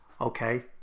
okay